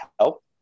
help